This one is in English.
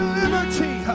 liberty